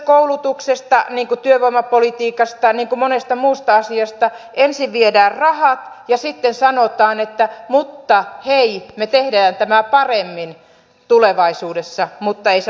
koulutuksesta niin kuin työvoimapolitiikasta niin kuin monesta muusta asiasta viedään ensin rahat ja sitten sanotaan että mutta hei me teemme tämän paremmin tulevaisuudessa mutta ei sanota miten